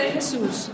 Jesus